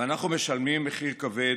ואנחנו משלמים מחיר כבד,